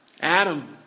Adam